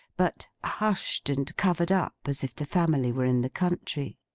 but hushed and covered up, as if the family were in the country.